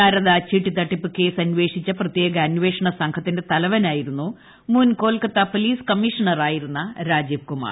ശാരദ ചിട്ടി തട്ടിപ്പ് കേസ് അന്വേഷിച്ച പ്രത്യേക അന്വേഷണ സംഘത്തിന്റെ തലവനായിരുന്നു മുൻ കൊൽക്കത്ത പോലീസ് കമ്മീഷണറായിരുന്ന രാജീവ് കുമാർ